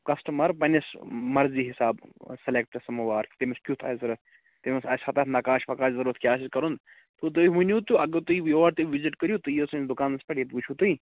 customer پَنہٕ نِس مَرضی حِساب سِلیٚکٹہٕ سَماوار تٔمِس کیُت آسہِ ضروٗرت تٔمِس آسہِ ہا تَتھ نقاش وَقاش ضروٗرَت کیٛاہ آسیٚس کَرُن تہٕ تُہۍ ؤنِو تہٕ اگر تُہۍ یور تہٕ وِزِٹ کٔرِو تُہۍ یِیِو سٲنِس دُکانَس پیٚٹھ ییٚتہِ وُچھِو تُہۍ